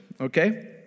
Okay